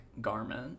garment